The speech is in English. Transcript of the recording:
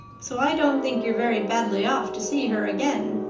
so i don't think you're very badly off to see her again.